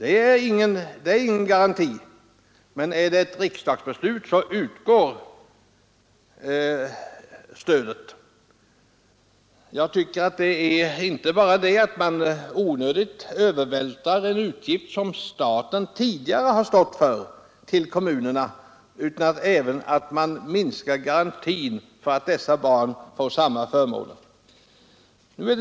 En rekommendation är ingen garanti, men finns det ett riksdagsbeslut så utgår stödet. På det här sättet övervältrar man inte bara onödigtvis på kommunerna en utgift som tidigare staten har stått för utan man minskar även garantin för att dessa barn får samma förmåner som andra.